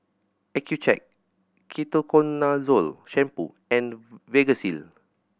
Accucheck Ketoconazole Shampoo and Vagisil